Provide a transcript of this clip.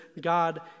God